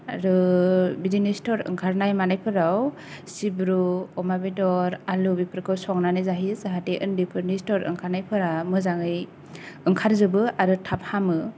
आरो बिदिनो सिथर ओंखारनाय मानायफोराव सिब्रु अमा बेदर आलु बेफोरखौ संनानै जाहोयो जाहाथे उन्दैफोरनि सिथर ओंखारनाय फोरा मोजांयै ओंखार जोबो आर थाफ हामो